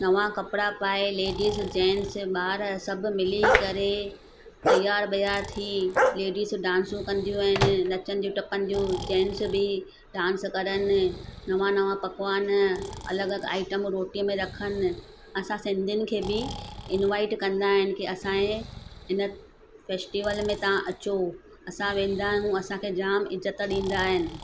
नवां कपिड़ा पाए लेडीज़ जेंट्स ॿार सभु मिली करे तयारु वयार थी लेडीज़ डांसूं कंदियूं आहिनि नचंदी टपंदियूं जेंट्स बि डांस करन नवा नवा पकवान अलगि आइटम रोटी में रखन असां सिंधियुन खे बि इंवाइट कंदा आहिनि की असांजे हिन फेस्टीवल में तव्हां अचो असां वेंदा आहियूं असांखे जाम इज़त ॾींदा आहिनि